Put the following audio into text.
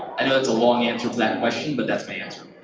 and that's a long answer to that question, but that's my answer.